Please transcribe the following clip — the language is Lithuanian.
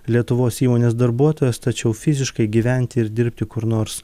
lietuvos įmonės darbuotojas tačiau fiziškai gyventi ir dirbti kur nors